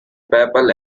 papal